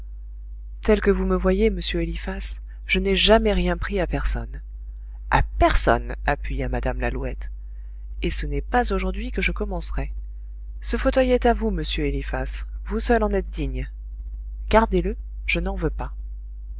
tel que vous me voyez m eliphas je n'ai jamais rien pris à personne a personne appuya mme lalouette et ce n'est pas aujourd'hui que je commencerai ce fauteuil est à vous m eliphas vous seul en êtes digne gardez-le je n'en veux pas